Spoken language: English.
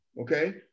okay